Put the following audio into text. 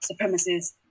supremacist